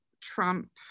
Trump